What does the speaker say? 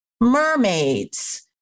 mermaids